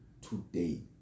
today